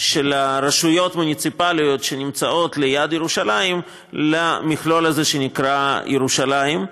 של הרשויות המוניציפליות שנמצאות ליד ירושלים למכלול הזה שנקרא ירושלים.